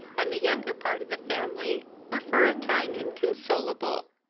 and the younger part of the family were for a time inconsolable.